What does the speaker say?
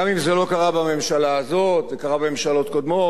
גם אם זה לא בממשלה הזאת, זה קרה בממשלות קודמות.